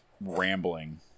rambling